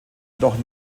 jedoch